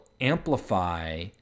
amplify